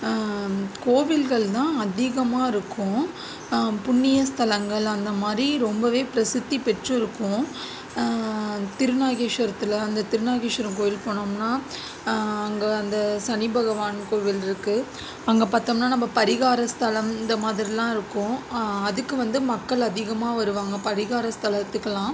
கோவில்கள் தான் அதிகமாக இருக்கும் புண்ணிய ஸ்தலங்கள் அந்தமாதிரி ரொம்பவே பிரசித்தி பெற்று இருக்கும் திருநாகேஸ்வரத்தில் வந்து திருநாகேஸ்வரம் கோவில் போனோம்னால் அங்கே அந்த சனி பகவான் கோவில் இருக்குது அங்கே பார்த்தோம்னா நம்ப பரிகார ஸ்தலம் இந்த மாதிரிலாம் இருக்கும் அதுக்கு வந்து மக்கள் அதிகமாக வருவாங்க பரிகார ஸ்தலத்துக்கெலாம்